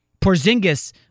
Porzingis